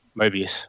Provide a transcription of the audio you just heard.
Mobius